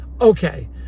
Okay